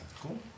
Cool